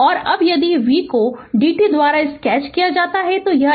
और अब यदि v को d t द्वारा स्केच किया जाता है तो यह एक फ़ंक्शन है